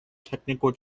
technical